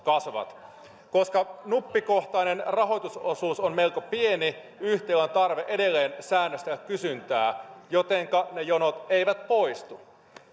kasvavat koska nuppikohtainen rahoitusosuus on melko pieni yhtiöillä on tarve edelleen säännöstellä kysyntää jotenka ne jonot eivät poistu